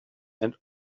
and